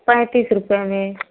पैंतीस रुपये में